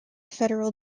federal